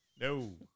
No